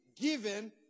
given